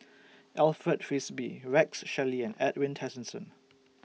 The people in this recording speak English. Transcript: Alfred Frisby Rex Shelley and Edwin Tessensohn